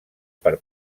per